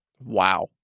Wow